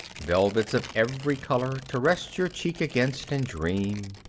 velvets of every color to rest your cheek against and dream,